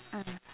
mm